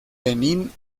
benín